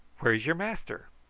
where's your master?